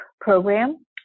program